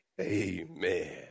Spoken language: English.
Amen